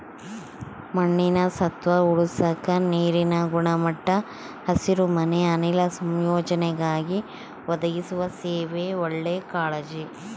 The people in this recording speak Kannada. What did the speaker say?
ಮಣ್ಣಿನ ಸತ್ವ ಉಳಸಾಕ ನೀರಿನ ಗುಣಮಟ್ಟ ಹಸಿರುಮನೆ ಅನಿಲ ಸಂಯೋಜನೆಗಾಗಿ ಒದಗಿಸುವ ಸೇವೆ ಒಳ್ಳೆ ಕಾಳಜಿ